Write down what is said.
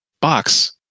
box